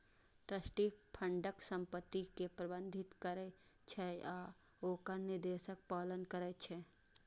trustee फंडक संपत्ति कें प्रबंधित करै छै आ ओकर निर्देशक पालन करै छै